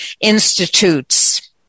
institutes